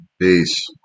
Peace